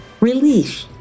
Relief